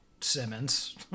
Simmons